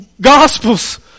gospels